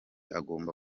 agomba